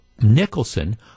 Nicholson